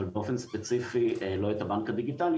אבל באופן ספציפי לא את הבנק הדיגיטלי,